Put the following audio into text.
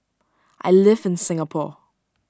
I live in Singapore